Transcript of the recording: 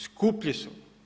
Skuplji su.